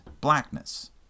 blackness